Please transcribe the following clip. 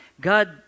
God